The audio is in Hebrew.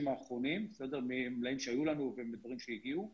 האחרונים ממלאים שהיו לנו ומדברים שהגיעו.